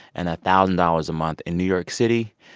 and a thousand dollars a month in new york city,